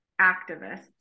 activists